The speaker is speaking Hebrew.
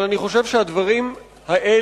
אבל אני חושב שהדברים האלה